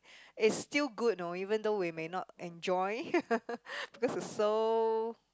it's still good you know even though we may not enjoy because it's so